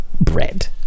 bread